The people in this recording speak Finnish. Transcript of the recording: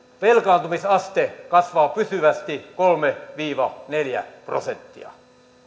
velkaantumisaste kasvaa pysyvästi kolme viiva neljä prosenttia